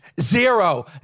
Zero